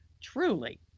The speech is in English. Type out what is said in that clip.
truly